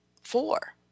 four